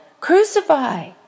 crucify